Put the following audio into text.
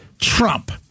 Trump